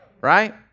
right